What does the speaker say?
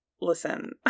listen